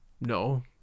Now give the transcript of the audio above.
No